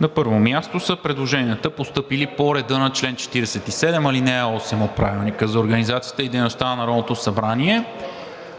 на първо място са предложенията, постъпили по реда на чл. 47, ал. 8 от Правилника за организацията и дейността на Народното събрание.